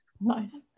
nice